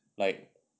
like